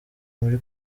muri